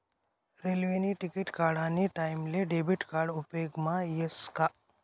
रेल्वेने तिकिट काढानी टाईमले डेबिट कार्ड उपेगमा यस का